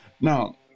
Now